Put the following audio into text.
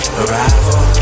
arrival